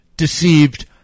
deceived